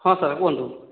ହଁ ସାର୍ କୁହନ୍ତୁ